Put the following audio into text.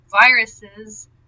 viruses